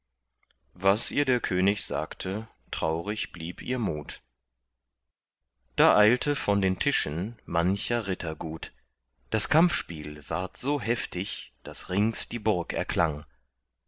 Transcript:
was ihr der könig sagte traurig blieb ihr mut da eilte von den tischen mancher ritter gut das kampfspiel ward so heftig daß rings die burg erklang